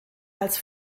als